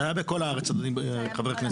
זה היה בכל הארץ, אדוני, חבר הכנסת.